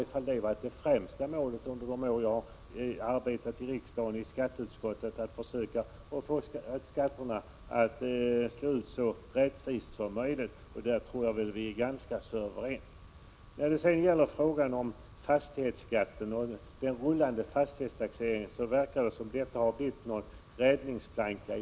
Det har för mig varit det främsta målet under den tid då jag har arbetat i riksdagens skatteutskott att försöka få ett så rättvist skatteuttag som möjligt. När det sedan gäller debatten om fastighetsskatten verkar det som om den rullande fastighetstaxeringen har blivit ett slags räddningsplanka.